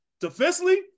defensively